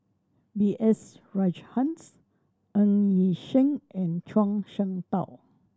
B S Rajhans Ng Yi Sheng and Zhuang Shengtao